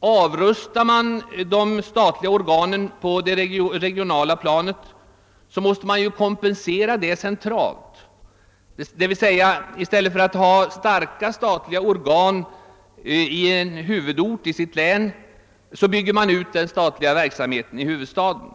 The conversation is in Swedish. Avrustar man de statliga organen på det regionala planet måste man kompensera detta centralt. I stället för att ha starka statliga organ på en huvudort i respektive län bygger man följaktligen ut den statliga verksamheten i huvudstaden.